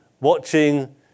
watching